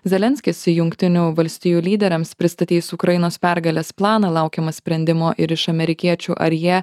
zelenskis jungtinių valstijų lyderiams pristatys ukrainos pergalės planą laukiama sprendimo ir iš amerikiečių ar jie